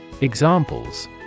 Examples